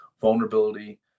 vulnerability